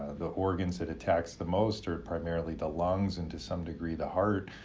the organs it attacks the most are primarily the lungs and to some degree the heart,